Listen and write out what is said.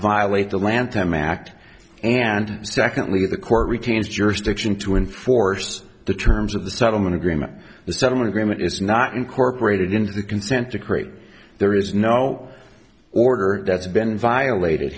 violate the lanthanum act and secondly the court retains jurisdiction to enforce the terms of the settlement agreement the settlement agreement is not incorporated into the consent decree there is no order that's been violated